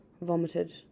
vomited